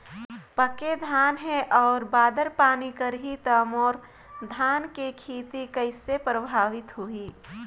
पके धान हे अउ बादर पानी करही त मोर धान के खेती कइसे प्रभावित होही?